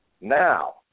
Now